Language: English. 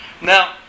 Now